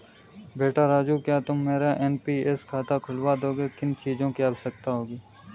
बेटा राजू क्या तुम मेरा एन.पी.एस खाता खुलवा दोगे, किन चीजों की आवश्यकता होगी?